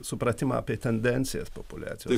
supratimą apie tendencijas populiacijos